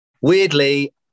Weirdly